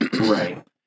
right